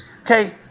okay